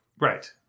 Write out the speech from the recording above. Right